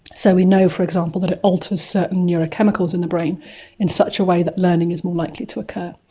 so we know, for example, that it alters certain neurochemicals in the brain in such a way that learning is more likely to occur.